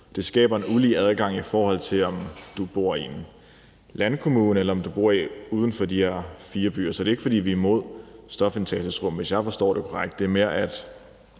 Det skaber en ulige adgang, i forhold til om du bor i en landkommune, eller om du bor uden for de her fire byer. Så det er ikke, fordi vi er imod stofindtagelsesrum, hvis jeg forstår det korrekt,